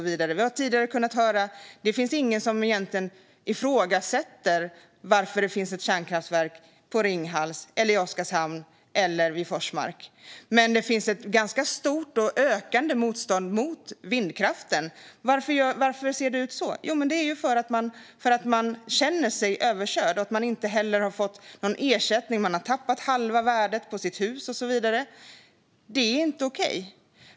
Vi har tidigare kunnat höra: Det finns ingen som egentligen ifrågasätter att det finns kärnkraftverk i Ringhals, i Oskarshamn eller i Forsmark. Men det finns ett ganska stort och ökande motstånd mot vindkraften. Varför ser det ut så? Jo, det är för att man känner sig överkörd och för att man inte heller har fått någon ersättning. Man har kanske tappat halva värdet på sitt hus och så vidare. Det är inte okej.